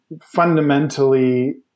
fundamentally